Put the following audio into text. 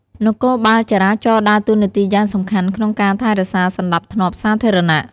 នគរបាលចរាចរណ៍ដើរតួនាទីយ៉ាងសំខាន់ក្នុងការថែរក្សាសណ្តាប់ធ្នាប់សាធារណៈ។